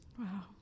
Wow